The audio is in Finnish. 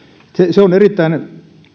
se on erittäin